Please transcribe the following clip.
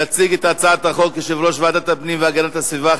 יציג את הצעת החוק יושב-ראש ועדת הפנים והגנת הסביבה,